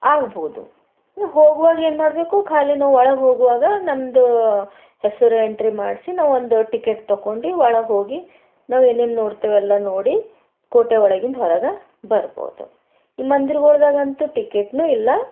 ಆಗ್ಬೋದು ನಾವು ಹೋಗುವಾಗ ಏನ್ಮಾಡ್ಬೇಕು ಖಾಲಿ ನಾವು ಒಳಗೆ ಹೋಗುವಾಗ ನಮ್ದು ಹೆಸರು ಎಂಟ್ರಿ ಮಾಡಿಸಿ ನಾವೊಂದು ಟಿಕೆಟ್ ತಕ್ಕೊಂಡು ಒಳಗೆ ಹೋಗಿ ನಾವು ಏನೇನು ನೋಡ್ತೆವೆಲ್ಲ ನೋಡಿ ಕೋಟೆ ಒಳಗಿಂದ ಹೊರಗೆ ಬರ್ಬೋದು ಈ ಮಂದಿರಗಳ್ದಾಗಂತು ಟಿಕೆಟ್ನು ಇಲ್ಲ